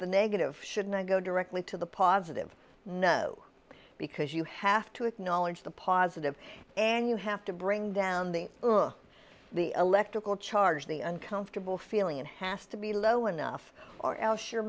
the negative should not go directly to the positive no because you have to acknowledge the positive and you have to bring down the the electrical charge the uncomfortable feeling has to be low enough or else your